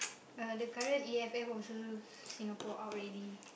uh the current A_F_L also Singapore out already